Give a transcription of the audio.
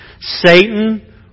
Satan